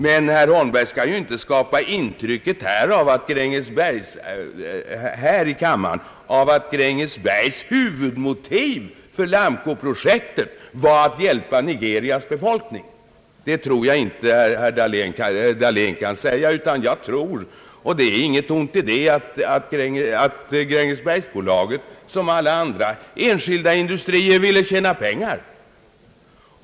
Men herr Holmberg skall inte här i kammaren försöka skapa intrycket att Grängesbergs huvudmotiv för Lamcoprojektet var att hjälpa Liberias befolkning. Det tror jag inte heller att herr Dablén kan säga, utan jag anser att Grängesbergsbolaget — och det är ingenting ont i detta — som alla andra enskilda industrier ville tjäna pengar.